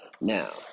Now